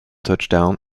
touchdown